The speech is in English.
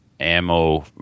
ammo